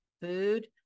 food